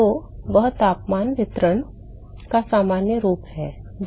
तो यह तापमान वितरण का सामान्य रूप है